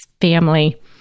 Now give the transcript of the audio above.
family